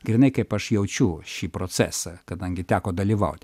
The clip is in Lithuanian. grynai kaip aš jaučiu šį procesą kadangi teko dalyvauti